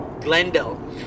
Glendale